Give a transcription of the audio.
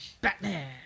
Batman